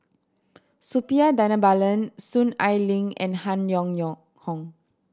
Suppiah Dhanabalan Soon Ai Ling and Han Yong Yong Hong